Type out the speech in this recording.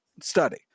study